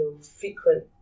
frequent